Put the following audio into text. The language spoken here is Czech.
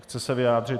Chce se vyjádřit.